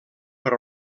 per